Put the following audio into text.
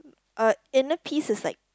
uh inner piece is like